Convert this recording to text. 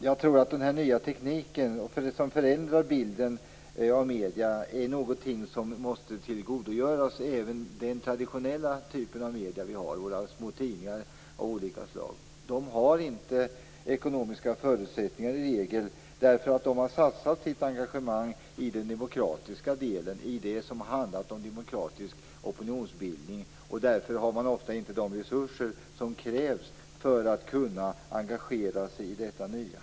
Jag tror att den nya tekniken för det som förändrar bilden av medierna är någonting som även vår traditionella typ av medier, våra små tidningar av olika slag, måste tillgodogöra sig. Dessa har dock i regel inte ekonomiska förutsättningar eftersom de har satsat sitt engagemang i den demokratiska delen, i det som har handlat om demokratisk opinionsbildning. Därför har man ofta inte de resurser som krävs för att kunna engagera sig i detta nya.